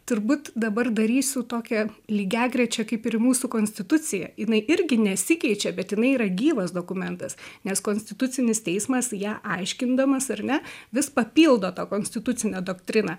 turbūt dabar darysiu tokią lygiagrečią kaip ir mūsų konstitucija jinai irgi nesikeičia bet jinai yra gyvas dokumentas nes konstitucinis teismas ją aiškindamas ar ne vis papildo tą konstitucinę doktriną